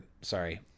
sorry